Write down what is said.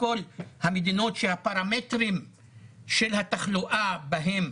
כל המדינות שהפרמטרים של התחלואה בהן